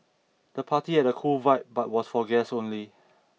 the party had a cool vibe but was for guests only